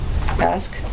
ask